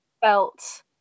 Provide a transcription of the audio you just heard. felt